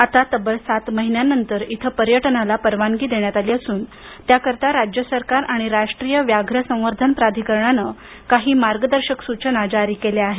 आता तब्बल सात महिन्यानंतर इथं पर्यटनाला परवानगी देण्यात आली असून त्याकरता राज्य सरकार आणि राष्ट्रीय व्याघ्र संवर्धन प्राधिकरणानं काही मार्गदर्शक सूचना जारी केल्या आहेत